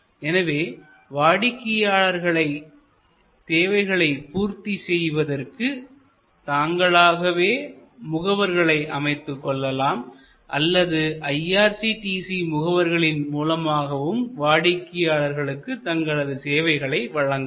எனவே வாடிக்கையாளரின் தேவைகளை பூர்த்தி செய்வதற்கு தாங்களாகவே முகவர்களை அமைத்துக் கொள்ளலாம் அல்லது IRCTC முகவர்களின் மூலமாகவும் வாடிக்கையாளர்களுக்கு தங்களது சேவைகளை வழங்கலாம்